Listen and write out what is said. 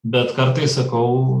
bet kartais sakau